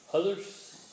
Others